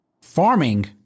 farming